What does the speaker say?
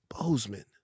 Bozeman